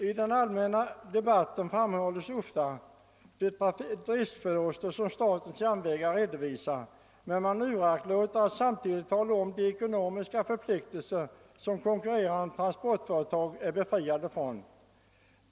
I den allmänna debatten framhålls ofta de driftförluster som statens järnvägar redovisar, men man uraktlåter att samtidigt tala om de ekonomiska för pliktelser som konkurrerande transportföretag är befriade från.